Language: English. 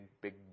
big